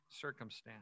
circumstance